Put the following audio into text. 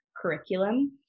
curriculum